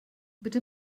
bitte